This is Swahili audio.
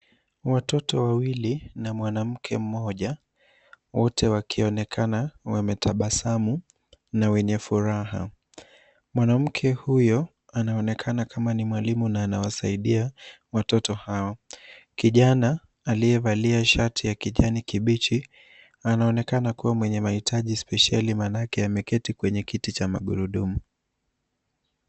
Watoto wawili na mwanamke mmoja, wote wakionekana wametabasamu na wenye furaha. Mwanamke huyo anaonekana kama ni mwalimu na anawasaidia watoto hao. Kijana aliyevalia shati ya kijani kibichi anaonekana kuwa mwenye mahitaji spesheli maanake ameketi kwenye kiti cha magurudumu.